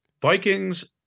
Vikings